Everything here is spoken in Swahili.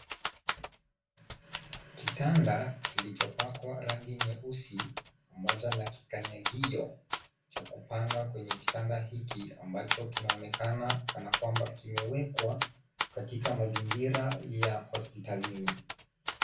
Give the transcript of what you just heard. Kitanda kilichopakwa rangi nyeusi pamoja na kikanyagio cha kupanda kwenye kitanda hiki ambacho kinaonekana kana kwamba kimewekwa katika mazingira ya hospitalini.